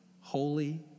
holy